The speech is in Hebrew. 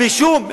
לא יכולים.